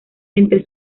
entre